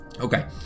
Okay